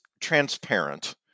transparent